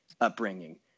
upbringing